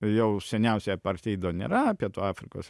jau seniausiai apartheido nėra pietų afrikos